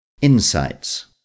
Insights